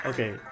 Okay